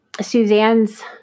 Suzanne's